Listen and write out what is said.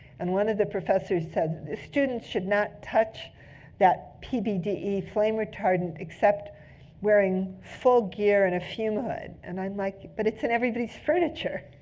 and one of the professors said, the students should not touch that pbde flame retardant except wearing full gear and a fume hood. and i'm like, but it's in everybody's furniture.